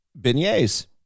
beignets